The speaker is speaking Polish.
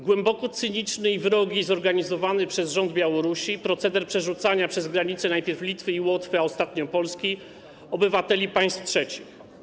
Głęboko cyniczny i wrogi jest zorganizowany przez rząd Białorusi proceder przerzucania przez granicę, najpierw Litwy i Łotwy, a ostatnio Polski, obywateli państw trzecich.